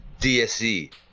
DSE